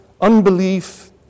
unbelief